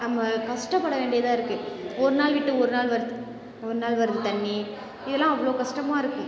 நம்ம கஷ்ட பட வேண்டியதாக இருக்குது ஒரு நாள் விட்டு ஒரு நாள் வருது ஒரு நாள் வருது தண்ணி இதெலாம் அவ்வளோ கஷ்டமாயிருக்கும்